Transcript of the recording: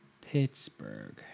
Pittsburgh